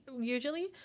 usually